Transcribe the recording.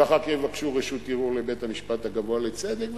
ואחר כך יבקשו רשות ערעור לבית-המשפט הגבוה לצדק,